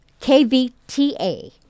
KVTA